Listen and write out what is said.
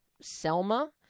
Selma